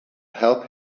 help